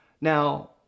Now